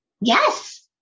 yes